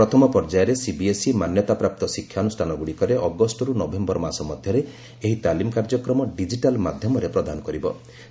ପ୍ରଥମ ପର୍ଯ୍ୟାୟରେ ସିବିଏସ୍ଇ ମାନ୍ୟତାପ୍ରାପ୍ତ ଶିକ୍ଷାନୁଷ୍ଠାନଗୁଡ଼ିକରେ ଅଗଷ୍ଟରୁ ନଭେମ୍ବର ମାସ ମଧ୍ୟରେ ଏହି ତାଲିମ୍ କାର୍ଯ୍ୟକ୍ରମ ଡିକିଟାଲ୍ ମାଧ୍ୟମରେ ପ୍ରଦାନ କରିବେ